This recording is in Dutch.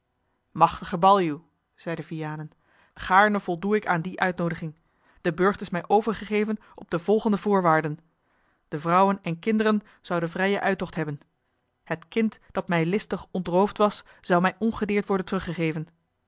machtige baljuw zeide vianen gaarne voldoe ik aan die uitnoodiging de burcht is mij overgegeven op de volgende voorwaarden de vrouwen en kinderen zouden vrijen uittocht hebben het kind dat mij listig ontroofd was zou mij ongedeerd worden teruggeven